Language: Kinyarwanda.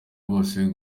bose